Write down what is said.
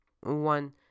one